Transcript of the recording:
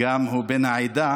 גם הוא בן העדה,